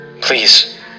Please